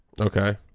Okay